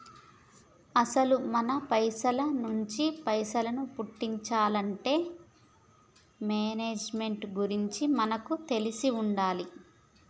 అసలు మనం పైసల నుంచి పైసలను పుట్టించాలంటే మేనేజ్మెంట్ గురించి మనకు తెలిసి ఉండాలి